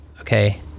okay